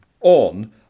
on